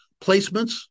placements